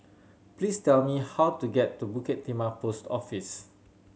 please tell me how to get to Bukit Timah Post Office